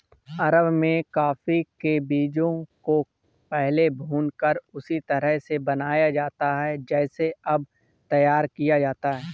अरब में कॉफी के बीजों को पहले भूनकर उसी तरह से बनाया जाता था जैसे अब तैयार किया जाता है